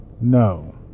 No